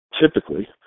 typically